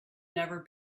never